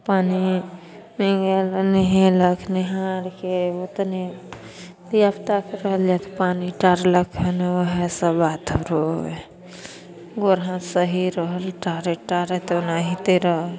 पानिमे गेल तऽ नहेलक नहा आरके उतने धिया पूताके रहल जे पानि टारलक फेरो वएह सब बात रहय हइ गोर हाथ सही रहल टारैत टारैत ओनाहिते रहल